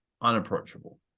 unapproachable